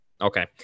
okay